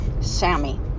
Sammy